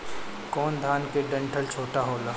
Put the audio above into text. कौन धान के डंठल छोटा होला?